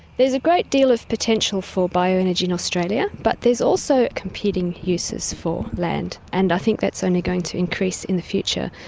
there's a great deal of potential for bioenergy in australia, but there's also competing uses for land, and i think that's only going to increase in the future,